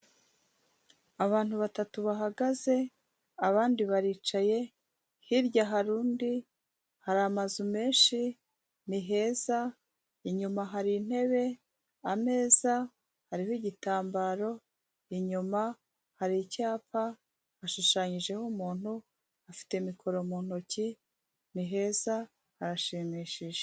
Abantu batatu bahagaze abandi baricaye, hirya hari undi hari amazu menshi, ni heza, inyuma hari intebe, ameza, hariho igitambaro, inyuma hari icyapa hashushanyijeho umuntu afite mikoro mu ntoki ni heza hashimishije.